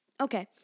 Okay